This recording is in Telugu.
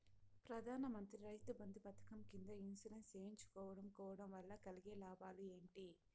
ప్రధాన మంత్రి రైతు బంధు పథకం కింద ఇన్సూరెన్సు చేయించుకోవడం కోవడం వల్ల కలిగే లాభాలు ఏంటి?